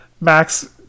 Max